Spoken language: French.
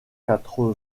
quatre